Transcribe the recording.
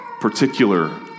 particular